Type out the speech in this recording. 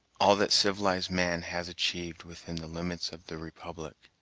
all that civilized man has achieved within the limits of the republic.